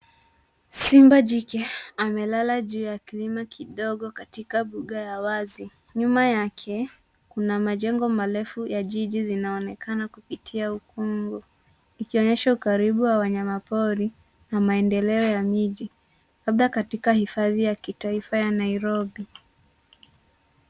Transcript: Simba jike amelala juu ya kilima kidogo katika mbuga ya wazi. Nyuma yake kuna majengo marefu ya jiji linaonekana kupitia ukungu ikionyesha ukaribu wa wanyamapori na maendeleo ya miji, labda katika hifadhi ya kitaifa ya Nairobi.